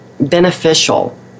beneficial